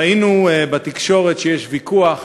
ראינו בתקשורת שיש ויכוח